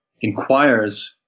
inquires